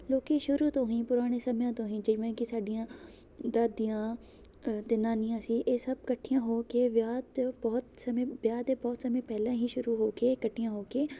ਲੋਕ ਸ਼ੁਰੂ ਤੋਂ ਹੀ ਪੁਰਾਣੇ ਸਮਿਆਂ ਤੋਂ ਹੀ ਜਿਵੇਂ ਕਿ ਸਾਡੀਆਂ ਦਾਦੀਆਂ ਅਤੇ ਨਾਨੀਆਂ ਸੀ ਇਹ ਸਭ ਇਕੱਠੀਆਂ ਹੋ ਕੇ ਵਿਆਹ ਤੋਂ ਬਹੁਤ ਸਮੇਂ ਵਿਆਹ ਤੋਂ ਬਹੁਤ ਸਮੇਂ ਪਹਿਲਾਂ ਹੀ ਸ਼ੁਰੂ ਹੋ ਕੇ ਇਕੱਠੀਆਂ ਹੋ ਕੇ